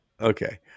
Okay